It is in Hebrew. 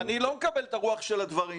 אני לא מקבל את הרוח של הדברים,